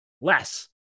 less